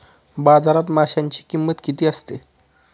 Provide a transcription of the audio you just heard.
बाजारात माशांची किंमत किती असते?